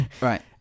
right